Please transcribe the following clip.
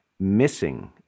missing